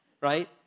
right